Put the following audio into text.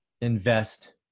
invest